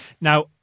Now